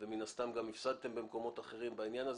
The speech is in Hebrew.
ומן הסתם גם הפסדתם במקומות אחרים בעניין הזה.